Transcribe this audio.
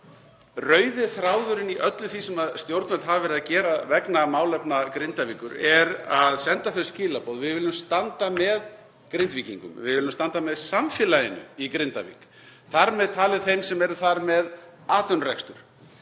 Rauði þráðurinn í öllu því sem stjórnvöld hafa verið að gera vegna málefna Grindavíkur er að senda þau skilaboð að við viljum standa með Grindvíkingum. Við viljum standa með samfélaginu í Grindavík, þar með talið þeim sem eru þar með atvinnurekstur.